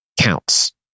counts